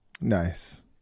Nice